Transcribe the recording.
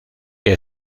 que